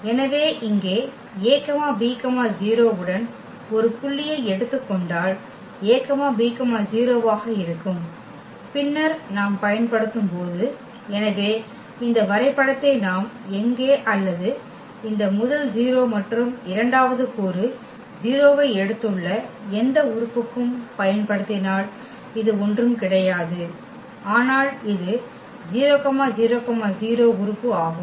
எனவே இங்கே a b 0 உடன் ஒரு புள்ளியை எடுத்துக் கொண்டால் a b 0 ஆக இருக்கும் பின்னர் நாம் பயன்படுத்தும் போது எனவே இந்த வரைபடத்தை நாம் எங்கே அல்லது இந்த முதல் 0 மற்றும் இரண்டாவது கூறு 0 ஐ எடுத்துள்ள எந்த உறுப்புக்கும் பயன்படுத்தினால் இது ஒன்றும் கிடையாது ஆனால் இது 000 உறுப்பு ஆகும்